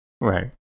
Right